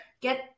get